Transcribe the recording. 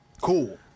Cool